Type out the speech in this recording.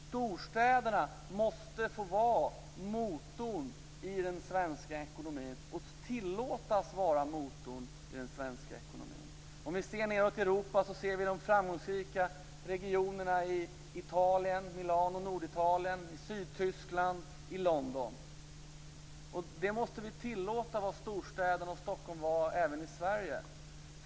Storstäderna måste få vara motorn i den svenska ekonomin. De måste tillåtas vara motorn i den svenska ekonomin. Om vi ser nedåt Europa ser vi de framgångsrika regionerna i Norditalien runt Milano, i Sydtyskland och i London. Vi måste tillåta dem vara storstäder och även Stockholm vara det i Sverige.